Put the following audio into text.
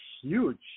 huge